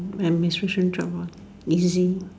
administration job lor easy